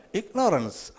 ignorance